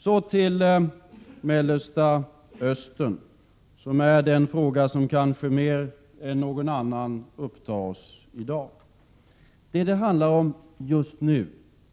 Så till Mellersta Östern. Detta är den fråga som kanske mer än någon annan upptar oss i dag. Vad det handlar om just nu